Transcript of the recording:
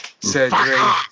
surgery